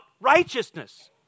righteousness